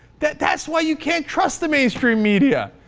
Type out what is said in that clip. that that's why you can't trust the mainstream media